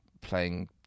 Playing